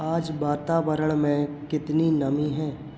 आज वातावरण मैं कितनी नमी है